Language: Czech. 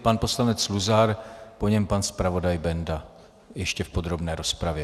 Pan poslanec Luzar, po něm pan zpravodaj Benda ještě v podrobné rozpravě.